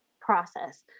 process